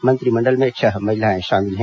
मंत्रिमंडल में छह महिलाएं शामिल हैं